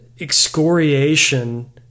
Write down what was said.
excoriation